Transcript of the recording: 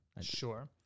Sure